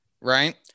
right